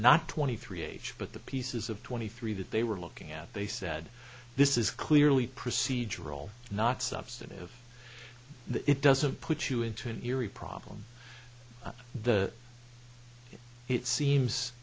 not twenty three age but the pieces of twenty three that they were looking at they said this is clearly procedural not substantive that it doesn't put you into an eerie problem the it seems